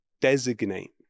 designate